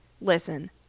listen